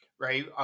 Right